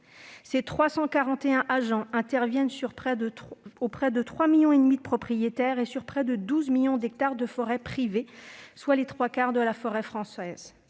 Ses 341 agents interviennent auprès des 3,5 millions de propriétaires forestiers, sur près de 12 millions d'hectares de forêts privées, soit les trois quarts de la forêt française.